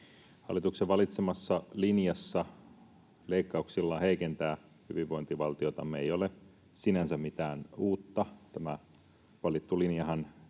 Hallituksen valitsemassa linjassa leikkauksilla heikentää hyvinvointivaltiotamme ei ole sinänsä mitään uutta. Tämä valittu linjahan